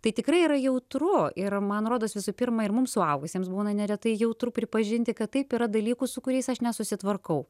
tai tikrai yra jautru ir man rodos visų pirma ir mums suaugusiems būna neretai jautru pripažinti kad taip yra dalykų su kuriais aš nesusitvarkau